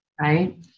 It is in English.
right